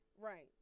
Right